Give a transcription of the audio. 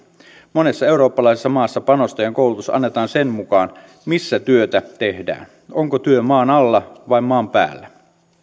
monessa eurooppalaisessa maassa panostajan koulutus annetaan sen mukaan missä työtä tehdään onko työ maan alla vai maan päällä